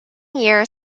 year